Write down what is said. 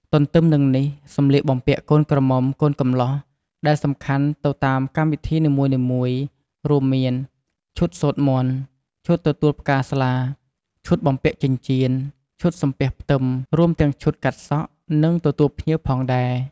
ទន្ទឹមនឹងនេះ សម្លៀកបំពាក់កូនក្រមុំកូនកម្លោះដែលសំខាន់ទៅតាមកម្មវិធីនីមួយៗរួមមាន ឈុតសូត្រមន្ត ឈុតទទួលផ្កាស្លា ឈុតបំពាក់ចិញ្ចៀន ឈុតសំពះផ្ទឹម រួមទាំងឈុតកាត់សក់ និងទទួលភ្ញៀវផងដែរ។